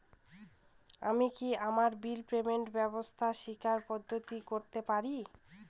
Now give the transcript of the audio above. আমি কি আমার বিল পেমেন্টের ব্যবস্থা স্বকীয় পদ্ধতিতে করতে পারি?